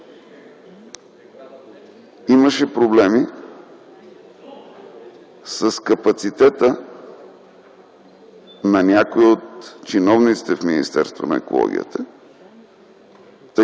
Има проблеми с капацитета на някои от чиновниците в Министерството на околната